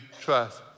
trust